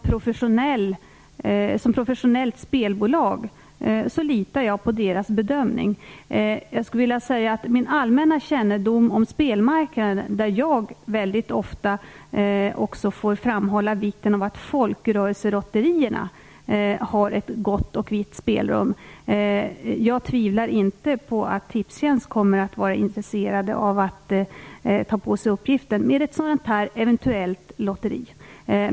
Eftersom Tipstjänst är ett professionellt spelbolag litar jag på den bedömningen. Med min allmänna kännedom om spelmarknaden - jag får också väldigt ofta framhålla vikten av att folkrörelselotterierna har ett vitt spelrum - tvivlar jag inte på att Tipstjänst kommer att vara intresserat av att ta på sig uppgiften med ett sådant här lotteri.